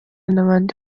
n’abandi